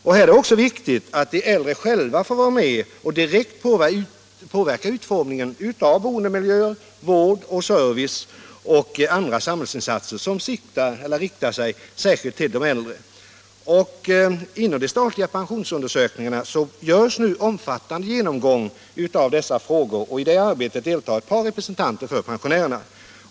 Det är också viktigt att de äldre själva får vara med och direkt påverka utformningen av boendemiljöer, av vård och service och av andra samhällsinsatser som riktar sig särskilt till dem. Inom de statliga pensionsundersökningarna görs nu en omfattande genomgång av dessa frågor, och i det arbetet deltar ett par representanter för pensionärerna.